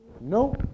No